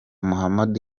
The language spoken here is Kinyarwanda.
mohammed